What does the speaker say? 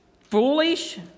foolish